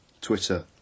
Twitter